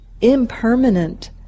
impermanent